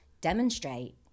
demonstrate